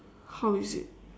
how is it